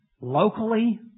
locally